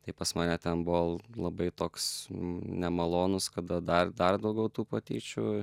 tai pas mane ten buvo labai toks nemalonus kada dar dar daugiau tų patyčių